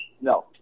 no